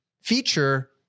feature